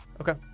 Okay